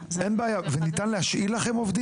אין לנו איך לשים לך תמונה